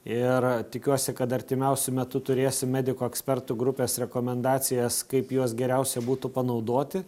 ir tikiuosi kad artimiausiu metu turėsim medikų ekspertų grupės rekomendacijas kaip juos geriausia būtų panaudoti